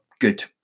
good